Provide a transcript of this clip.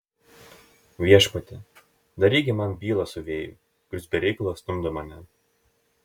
viešpatie daryk gi man bylą su vėju kuris be reikalo stumdo mane